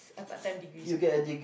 a part-time degree